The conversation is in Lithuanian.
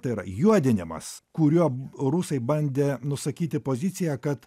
tai yra juodinimas kuriuo rusai bandė nusakyti poziciją kad